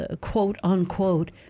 quote-unquote